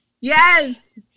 Yes